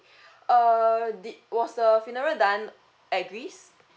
err did was the funeral done at greece